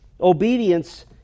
obedience